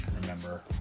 remember